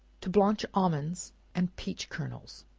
to blanch almonds and peach kernels.